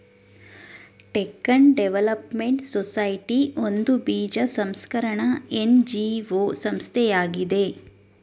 Deccan development society ಒಂದು ಬೀಜ ಸಂಸ್ಕರಣ ಎನ್.ಜಿ.ಒ ಸಂಸ್ಥೆಯಾಗಿದೆ